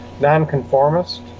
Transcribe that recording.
nonconformist